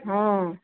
ହଁ